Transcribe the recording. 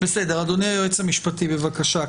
אדוני היועץ המשפטי, בבקשה.